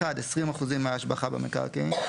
(1) 20% מההשבחה במקרקעין,